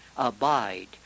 Abide